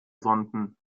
sonden